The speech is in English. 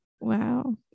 wow